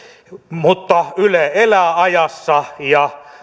mutta yle elää ajassa ja